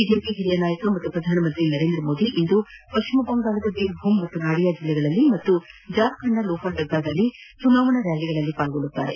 BJP ಹಿರಿಯ ನಾಯಕ ಹಾಗೂ ಪ್ರಧಾನ ಮಂತ್ರಿ ನರೇಂದ್ರ ಮೋದಿ ಇಂದು ಪಶ್ಚಿಮ ಬಂಗಾಳದ ಬಿರ್ ಬುಂ ಹಾಗೂ ನಾಡಿಯಾ ಜಿಲ್ಲೆಗಳಲ್ಲಿ ಹಾಗೂ ಜಾರ್ಖಂಡ್ನ ಲೋಹಾರ್ಡಗಾಗಳಲ್ಲಿ ಚುನಾವಣಾ ರ್ಯಾಲಿಗಳಲ್ಲಿ ಪಾಲ್ಗೊಳ್ಳಲಿದ್ದಾರೆ